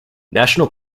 national